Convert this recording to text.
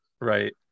Right